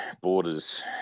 borders